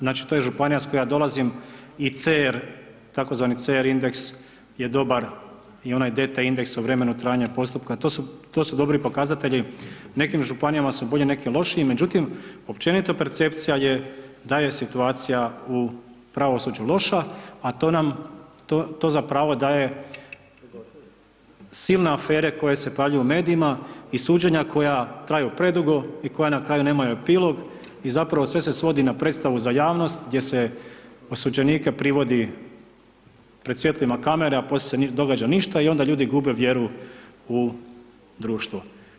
Znači to je županija iz koje ja dolazim i CR tzv. CR indeks je dobar i onaj DT indeks o vremenu trajanja postupka, to su dobri pokazatelji, nekim županijama su bolji, nekim lošiji, međutim općenito je percepcija je da je situacija u pravosuđu loša, a to nam, to za pravo daje silne afere koje se pojavljuju u medijima i suđenja koja traju predugo i koja na kraju nemaju epilog i zapravo sve se svodi na predstavu za javnost gdje se osuđenike privodi pred svjetlima kamera, a poslije se događa ništa i onda ljudi gube vjeru u društvo.